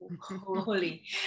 holy